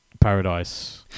Paradise